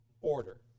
order